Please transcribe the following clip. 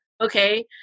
Okay